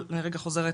אבל אני רגע חוזרת